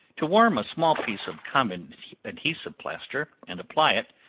to warm a small piece of common adhesive plaster and apply it,